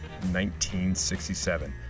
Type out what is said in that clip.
1967